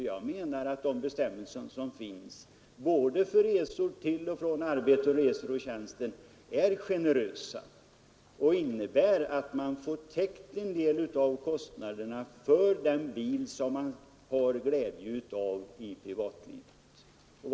Jag menar att de bestämmelser som finns, både för resor till och från arbetet och för resor i tjänsten, är generösa och innebär täckning för en del av kostnaderna för den bil som man har glädje av i privatlivet.